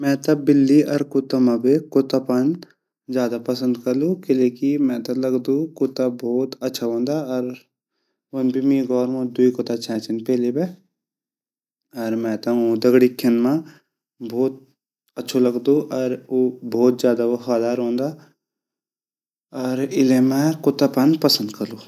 मैं ता बिल्ली अर कुत्ता मा कुत्ता पान ज़्यादा पसंद करलु किलेकी मेते लगदु कुत्ता भोत ज़्यादा अच्छा वांडा अर वन भी मेरा घोर मा द्वी कुत्ता छे छिन पहली बे अर मेते उ दगडी खेन मा भोत अच्छू लगदु अर उ भोत ज़्यादा वफादार वोन्दा अर िलेय मैं कुत्ता पान पसंद करलु।